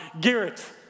Garrett